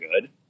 good